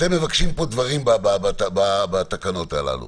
אתם מבקשים פה דברים בתקנות הללו,